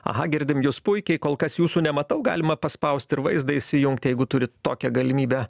aha girdim jus puikiai kol kas jūsų nematau galima paspaust ir vaizdą įsijungt jeigu turit tokią galimybę